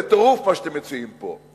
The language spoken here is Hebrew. זה טירוף מה שאתם מציעים פה.